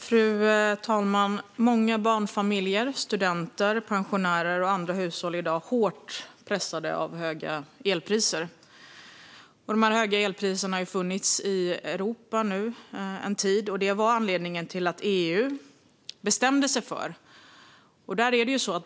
Fru talman! Många barnfamiljer, studenter, pensionärer och andra hushåll är i dag hårt pressade av höga elpriser. De höga elpriserna har nu funnits i Europa en tid. Det var anledningen till att EU bestämde sig för att agera.